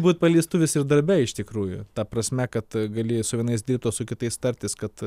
būt paleistuvis ir darbe iš tikrųjų ta prasme kad gali su vienais dirbt o su kitais tartis kad